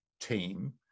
team